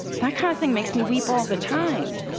that kind of thing makes me weep all the time,